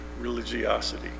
religiosity